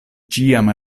ĉiam